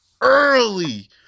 Early